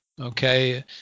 okay